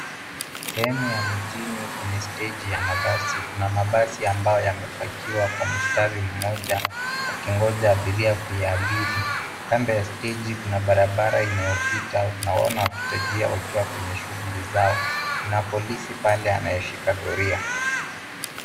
Sehemu ya mjini kwenye steji ya mabasi kuna mabasi ambayo yamepakiwa kwa mstari, mmoja akingoja abiria kuiabiri. Kando ya steji kuna barabara inayopita. Tunaona wapita njia wakiwa kwenye shughuli zao. Kuna polisi pale anayeshika doria.